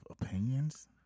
opinions